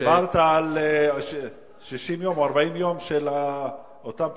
דיברת על 60 יום או 40 יום של אותם פרקליטים.